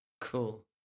Cool